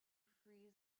freeze